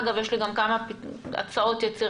אגב יש לי גם כמה הצעות יצירתיות.